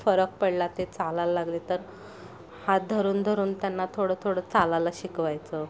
फरक पडला ते चालायला लागले तर हात धरून धरून त्यांना थोडं थोडं चालायला शिकवायचं